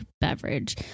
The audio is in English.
beverage